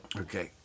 Okay